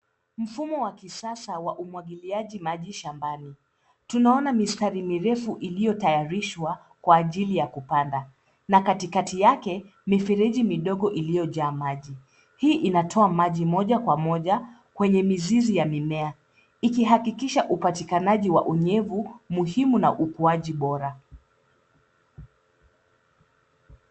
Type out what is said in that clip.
Mfumo wa kisasa wa umwagiliaji maji shambani. Tunaona mistari mirefu iliyotayarishwa kwa ajili ya kupanda, na katikati yake mifereji midogo iliyojaa maji. Hii inatoa maji moja kwa moja kwenye mizizi ya mimea ikihakikisha upatikanaji wa unyevu muhimu na ukuaji bora.